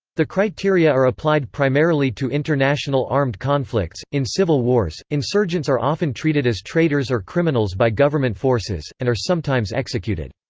the criteria are applied primarily to international armed conflicts in civil wars, insurgents are often treated as traitors or criminals by government forces, and are sometimes executed.